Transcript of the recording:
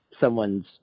someone's